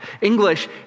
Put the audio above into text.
English